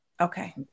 Okay